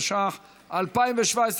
התשע"ח 2017,